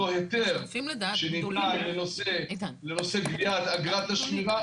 אותו היתר שניתן לנושא גביית אגרת השמירה,